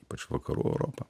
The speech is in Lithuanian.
ypač vakarų europa